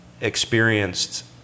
experienced